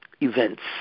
events